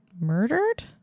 murdered